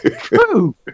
True